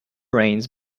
rains